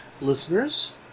Listeners